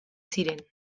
ziren